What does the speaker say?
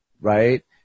right